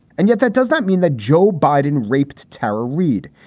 and yet that does not mean that joe biden raped tara reid,